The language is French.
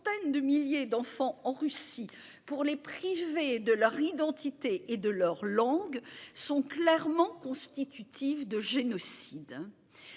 de milliers d'enfants en Russie pour les priver de leur identité et de leur langue, sont clairement constitutive de génocide.